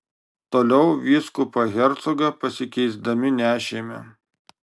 toliau vyskupą hercogą pasikeisdami nešėme